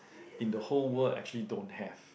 in the whole world actually don't have